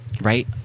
right